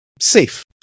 safe